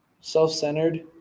self-centered